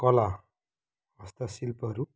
कला हस्तशिल्पहरू